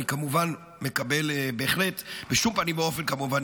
אני כמובן מקבל בהחלט שבשום פנים ואופן כמובן